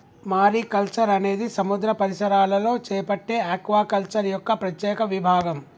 mariculture అనేది సముద్ర పరిసరాలలో చేపట్టే ఆక్వాకల్చర్ యొక్క ప్రత్యేక విభాగం